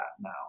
now